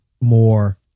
more